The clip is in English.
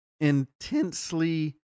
Intensely